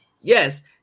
Yes